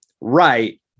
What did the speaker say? right